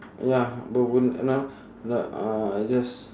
ya bermu~ no n~ uh just